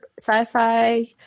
sci-fi